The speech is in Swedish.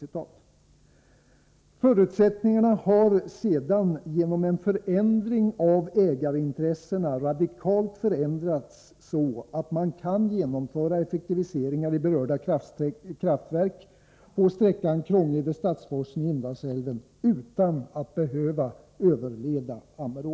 Förutsättningarna har sedan genom en förändring av ägarintressena radikalt förändrats så att man kan genomföra effektiviseringar i berörda kraftverk på sträckan Krångede-Stadsforsen i Indalsälven utan att behöva överleda Ammerån.